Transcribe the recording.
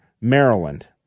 Maryland